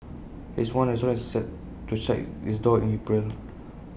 least one restaurant is set to shut its doors in April